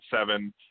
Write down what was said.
seven